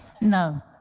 No